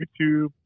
YouTube